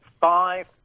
five